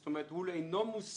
זאת אומרת הוא אינו מוסמך